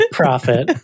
profit